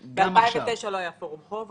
ב-2009 לא היה "פורום חוב".